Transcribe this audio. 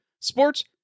Sports